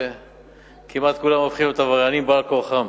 שכמעט כולם הופכים להיות עבריינים בעל-כורחם.